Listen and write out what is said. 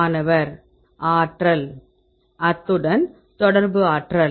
மாணவர் ஆற்றல் அத்துடன் தொடர்பு ஆற்றல்